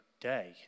day